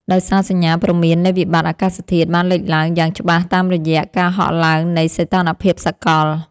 ដោយសារសញ្ញាព្រមាននៃវិបត្តិអាកាសធាតុបានលេចឡើងយ៉ាងច្បាស់តាមរយៈការហក់ឡើងនៃសីតុណ្ហភាពសកល។